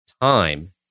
Time